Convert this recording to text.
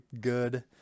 good